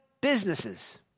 businesses